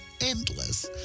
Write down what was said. endless